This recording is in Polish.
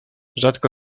rzadko